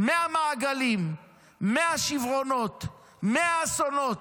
100 מעגלים, 100 שברונות, 100 אסונות.